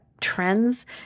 trends